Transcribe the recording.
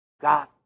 God